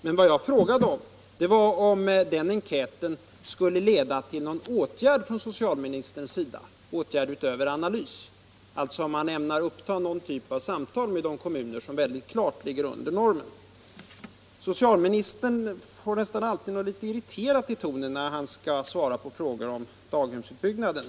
Men vad jag frågade om var om den enkäten skulle leda till någon åtgärd från socialministerns sida, dvs. om han ämnar ta upp några slags samtal med de kommuner som klart ligger under normen. Socialministern får nästan alltid någonting irriterat i rösten när han skall svara på frågor om daghemsutbyggnaden.